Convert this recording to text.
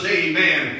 amen